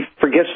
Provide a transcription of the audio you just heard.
forgets